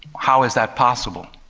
how is that possible?